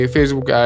Facebook